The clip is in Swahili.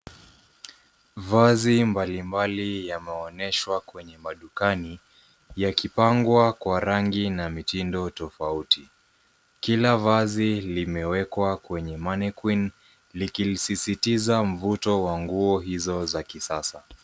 Mavazi mbalimbali yameonyeshwa kwenye madukani yakipangwa kwa rangi na mitindo tofauti. Kila vaizi limewekwa kwenye mannequin likisisitiza mvuto wa nguo hizo za kisasa.